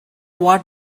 what